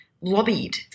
lobbied